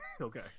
okay